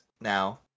now